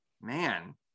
man